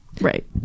Right